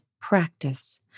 practice